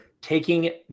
taking